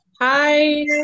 hi